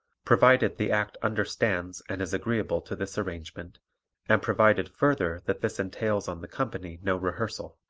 provided the act understands and is agreeable to this arrangement and provided, further, that this entails on the company no rehearsal.